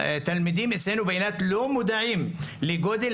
שהתלמידים אצלנו באילת לא מודעים לגודל